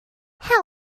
how